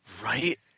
Right